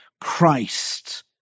Christ